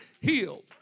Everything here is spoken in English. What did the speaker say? healed